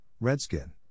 Redskin